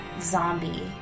zombie